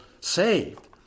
saved